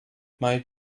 might